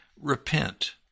repent